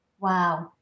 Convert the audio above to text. Wow